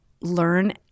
learn